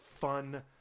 fun